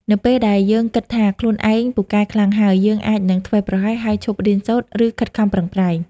នៅពេលដែលយើងគិតថាខ្លួនឯងពូកែខ្លាំងហើយ យើងអាចនឹងធ្វេសប្រហែស ហើយឈប់រៀនសូត្រ ឬខិតខំប្រឹងប្រែង។